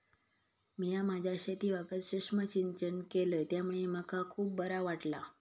मिया माझ्या शेतीवाफ्यात सुक्ष्म सिंचन केलय त्यामुळे मका खुप बरा वाटला